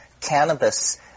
cannabis